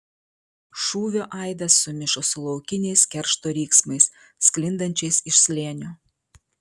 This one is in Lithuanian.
šūvio aidas sumišo su laukiniais keršto riksmais sklindančiais iš slėnio